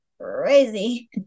crazy